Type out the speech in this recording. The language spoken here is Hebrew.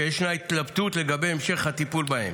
כשיש התלבטות על המשך הטיפול בהם.